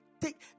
take